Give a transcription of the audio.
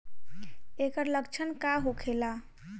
ऐकर लक्षण का होखेला?